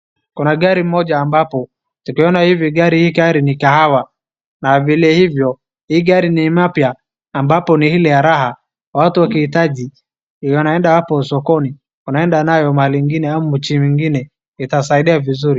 Kuna gari moja ambapo, tukiona hivi hii gari ni kahawa na vile ivo, hii gari ni mpya ambapo ni ile ya raha. Watu wakihitaji wanaenda hapo sokoni, wanaenda nayo mahali ingine ama nchi ingine, itasaidia vizuri.